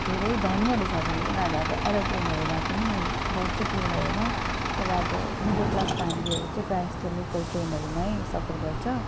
धेरै धनीहरू छ भने त उनीहरू अब एरोप्लेनहरूमा पनि गर्छ प्लेनहरूमा तर अब मिडल क्लास फेमिलिहरू चाहिँ प्रायः जस्तो लोकल ट्रेनहरूमै सफर गर्छ